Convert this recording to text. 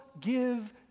give